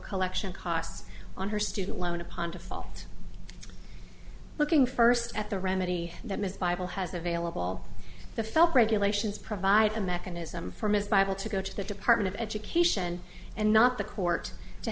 election costs on her student loan upon to fall looking first at the remedy that ms bible has available the felt regulations provide a mechanism for ms bible to go to the department of education and not the court to